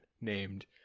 named